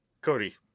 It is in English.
Cody